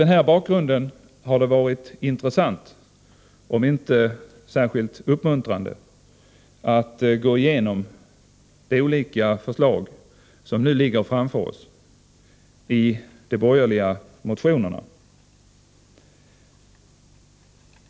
Mot den bakgrunden har det varit intressant, om än inte särskilt uppmuntrande, att gå igenom de olika förslag som nu har lagts fram i de borgerliga motionerna.